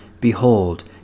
Behold